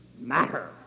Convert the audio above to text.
matter